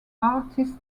artist